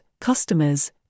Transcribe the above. customers